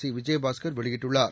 C Vijayabaskar வெளியிட்டுள்ளார்